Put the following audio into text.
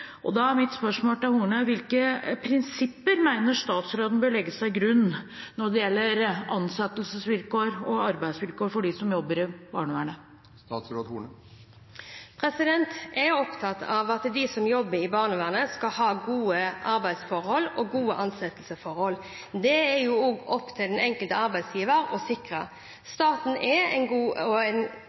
og da er mitt spørsmål til Horne: Hvilke prinsipper mener statsråden bør legges til grunn når det gjelder ansettelsesvilkår og arbeidsvilkår for dem som jobber i barnevernet? Jeg er opptatt av at de som jobber i barnevernet, skal ha gode arbeidsforhold og gode ansettelsesforhold. Det er også opp til den enkelte arbeidsgiver å sikre. Staten er en god og